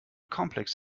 complex